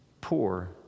poor